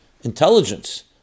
intelligence